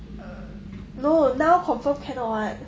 no now confirm cannot [what]